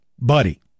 buddy